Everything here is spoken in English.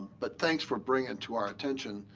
but thanks for bringing it to our attention.